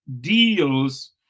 deals